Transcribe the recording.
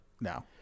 No